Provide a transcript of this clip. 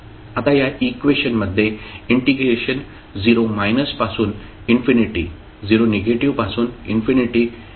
आता या इक्वेशनमध्ये इंटिग्रेशन 0 पासून इन्फिनिटी पर्यंत आपण पाहिले